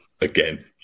again